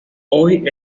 hoy